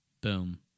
Boom